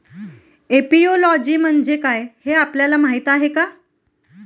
Apiology म्हणजे काय, हे आपल्याला माहीत आहे का?